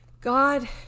God